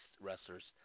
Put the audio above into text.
wrestlers